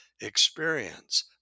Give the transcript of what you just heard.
experience